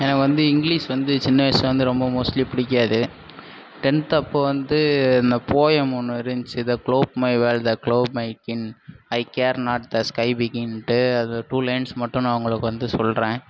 எனக்கு வந்து இங்கிலீஷ் வந்து சின்ன வயசுலேருந்து ரொம்ப மோஸ்லி பிடிக்காது டென்த்தப்போ வந்து இந்த போயம் ஒன்று இருந்துச்சு the globe my world globe my kin I care not the sky begin to அதில் ஒரு டூ லைன்ஸ் மட்டும் நான் உங்களுக்கு வந்து சொல்கிறேன்